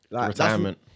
Retirement